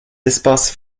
espaces